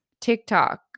TikTok